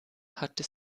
hatte